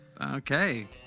Okay